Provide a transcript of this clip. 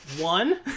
One